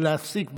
להפסיק באמצע.